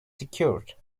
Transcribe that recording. secured